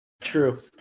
True